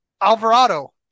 Alvarado